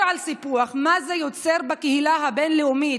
הדיבור על סיפוח, מה זה יוצר בקהילה הבין-לאומית,